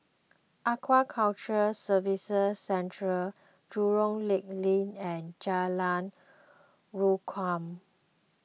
Aquaculture Services Centre Jurong Lake Link and Jalan Rukam